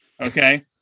Okay